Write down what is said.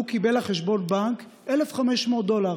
הוא קיבל לחשבון הבנק 1,500 דולר.